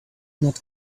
not